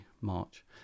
march